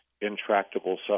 intractable